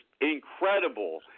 incredible